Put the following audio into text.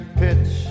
pitch